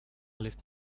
left